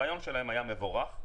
הרעיון שלהם היה מבורך.